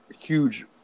Huge